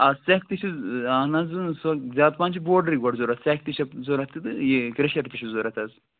آ سٮ۪کھ تہِ چھِ اَہَن حظ سٔہ زیادٕ پہن چھِ بولڈٕرٕے گۄڈٕ ضروٗرت سٮ۪کھ تہِ چھِ ضروٗرت تہٕ تہِ یہِ کرٛیشَر تہِ چھِ ضروٗرت حظ